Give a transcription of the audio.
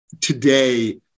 today